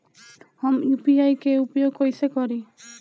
हम यू.पी.आई के उपयोग कइसे करी?